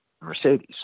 Mercedes